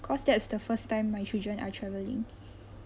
cause that is the first time my children are travelling